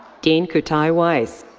dean kutai weiss.